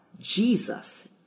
Jesus